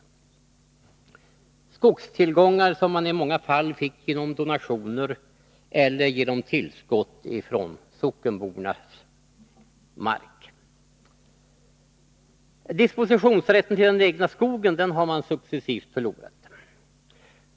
Det var skogstillgångar som man i många fall fick genom donationer eller genom tillskott från sockenbornas mark. Dispositionsrätten till den egna skogen har man successivt förlorat.